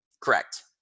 Correct